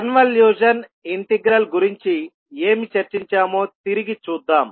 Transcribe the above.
convolution integral గురించి ఏమి చర్చించామో తిరిగి చూద్దాం